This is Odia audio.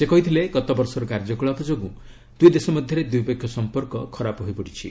ସେ କହିଥିଲେ ଗତବର୍ଷର କାର୍ଯ୍ୟକଳାପ ଯୋଗୁଁ ଦୁଇଦେଶ ମଧ୍ୟରେ ଦ୍ୱିପକ୍ଷୀୟ ସମ୍ପର୍କ ଖରାପ ହୋଇପଡିଛି